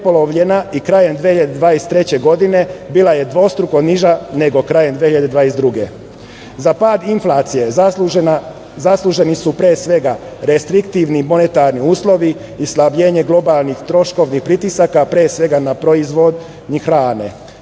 i krajem 2023. godine bila je dvostruko niža nego krajem 2022. godine. Za pad inflacije zasluženi su pre svega: restriktivni monetarni uslovi, slabljenje globalnih pritisaka, a pre svega na proizvodnju